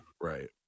Right